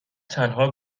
تنها